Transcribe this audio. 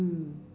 mm